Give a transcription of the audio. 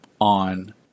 on